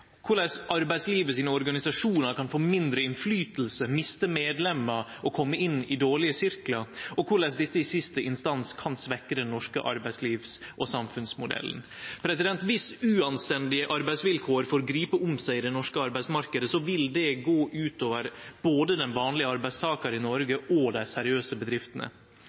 korleis organisasjonane i arbeidslivet kan få mindre innverknad, miste medlemer og kome inn i dårlege sirklar, og korleis dette i siste instans kan svekkje det norske arbeidslivet og den norske samfunnsmodellen. Dersom uanstendige arbeidsvilkår får gripe om seg i den norske arbeidsmarknaden, vil det gå ut over både den vanlege arbeidstakaren i Noreg og dei seriøse bedriftene.